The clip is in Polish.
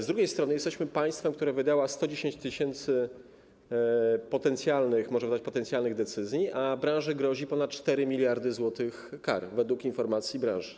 Z drugiej strony jesteśmy państwem, które wydało 110 tys. potencjalnych - można to tak nazwać - decyzji, a branży grozi ponad 4 mld zł kar, według informacji branż.